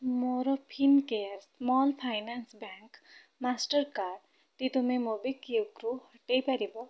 ମୋର Fincare small finance bank Mastercard ଟି ତୁମେ ମୋବିକ୍ୱିକ୍ ରୁ ହଟେଇ ପାରିବ